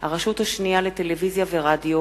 הצעת חוק הרשויות המקומיות (בחירת ראש הרשות וסגניו וכהונתם)